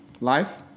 life